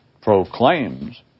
proclaims